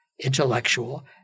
intellectual